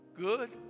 good